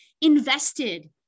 invested